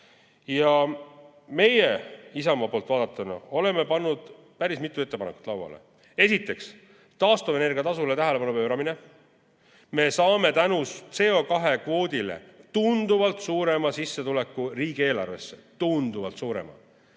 Meie, Isamaa poolt vaadatuna, oleme pannud päris mitu ettepanekut lauale. Esiteks, taastuvenergia tasule tähelepanu pööramine. Me saame tänu CO2kvoodile tunduvalt suurema sissetuleku riigieelarvesse. Tunduvalt suurema!